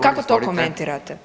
Kako to komentirate?